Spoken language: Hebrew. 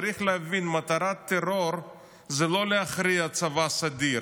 צריך להבין שמטרת הטרור אינה להכריע צבא סדיר,